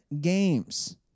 games